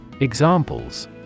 Examples